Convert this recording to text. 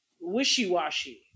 wishy-washy